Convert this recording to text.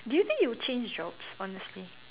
do you think you'll change jobs honestly